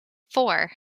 four